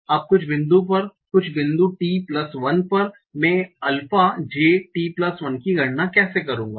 अब कुछ बिंदु पर कुछ बिंदु t1 पर मैं अल्फा j t1 की गणना कैसे करूंगा